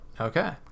Okay